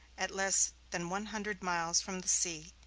at less than one hundred miles from the sea,